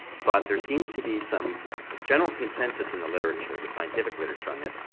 but there seems to be some general consensus in the literature, the scientific literature on this,